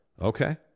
Okay